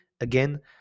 Again